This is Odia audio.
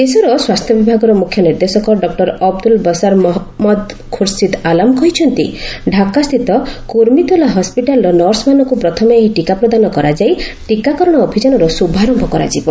ଦେଶର ସ୍ୱାସ୍ଥ୍ୟ ବିଭାଗର ମୁଖ୍ୟ ନିର୍ଦ୍ଦେଶକ ଡକ୍କର ଅବଦୁଲ୍ ବସାର୍ ମହମ୍ମଦ୍ ଖୁର୍ସିଦ୍ ଆଲାମ୍ କହିଛନ୍ତି ଢାକା ସ୍ଥିତ କୁର୍ମିତୋଲା ହସ୍କିଟାଲ୍ର ନର୍ସମାନଙ୍କୁ ପ୍ରଥମେ ଏହି ଟିକା ପ୍ରଦାନ କରାଯାଇ ଟିକାକରଣ ଅଭିଯାନର ଶୁଭାରମ୍ଭ କରାଯିବ